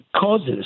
causes